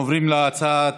והבקרה,